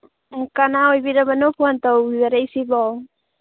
ꯎꯝ ꯀꯅꯥ ꯑꯣꯏꯕꯤꯔꯕꯅꯣ ꯐꯣꯟ ꯇꯧꯖꯔꯛꯏꯁꯤꯕꯣ